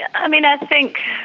i mean, i think,